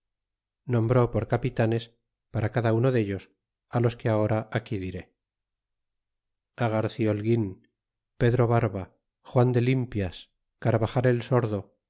nombré por capitanes para cada uno dellos los que ahora aquí diré a garci holguin pedro barba juan de limpias carvajal el sordo